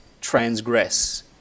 transgress